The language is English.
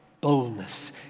boldness